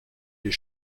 les